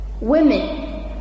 Women